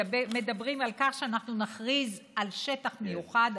מדברים על כך שאנחנו נכריז על שטח מיוחד,